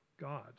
God